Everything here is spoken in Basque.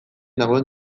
dagoen